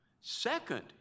Second